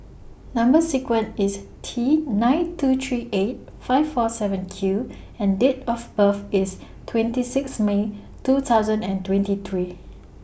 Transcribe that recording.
Number sequence IS T nine two three eight five four seven Q and Date of birth IS twenty six May two thousand and twenty three